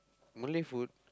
Malay food